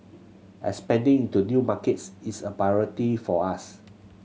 expanding into new markets is a priority for us